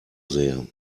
sehr